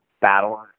battle